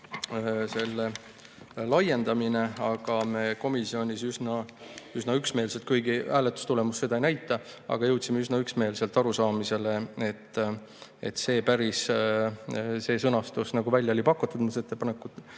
selle laiendamine, aga me komisjonis üsna üksmeelselt, kuigi hääletustulemus seda ei näita, jõudsime üsna üksmeelselt arusaamisele, et päris see sõnastus, mis välja oli pakutud muudatusettepanekus,